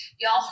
Y'all